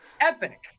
epic